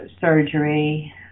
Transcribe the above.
surgery